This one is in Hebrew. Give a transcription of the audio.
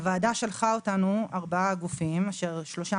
הוועדה שלחה אותנו ארבעה גופים אשר שלושה